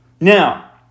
Now